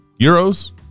euros